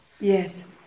Yes